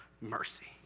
mercy